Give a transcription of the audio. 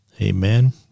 Amen